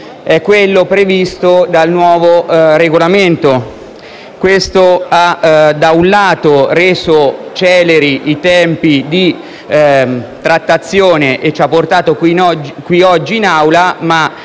è quello previsto dal nuovo Regolamento. Questo, da un lato, ha reso celeri i tempi di trattazione e oggi ci ha portato qui in Aula;